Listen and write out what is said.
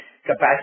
Capacity